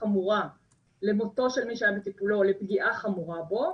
חמורה למותו של מי שהיה בטיפולו או לפגיעה חמורה בו,